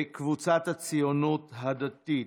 קבוצת סיעת הציונות הדתית.